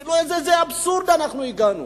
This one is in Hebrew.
תראו לאיזה אבסורד אנחנו הגענו